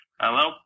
Hello